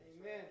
Amen